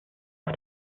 auf